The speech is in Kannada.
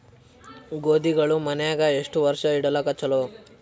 ಗೋಧಿಗಳು ಮನ್ಯಾಗ ಎಷ್ಟು ವರ್ಷ ಇಡಲಾಕ ಚಲೋ?